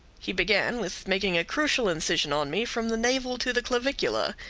he began with making a crucial incision on me from the navel to the clavicula.